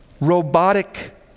robotic